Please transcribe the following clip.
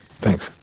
Thanks